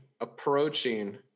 approaching